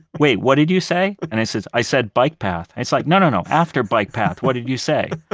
wait, what did you say? and i said, i said bike path. and it's like, no, no, no. after bike path. what did you say?